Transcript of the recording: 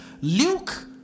Luke